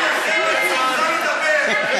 אני אלחם על זכותך לדבר.